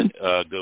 go